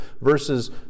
verses